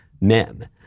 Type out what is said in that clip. men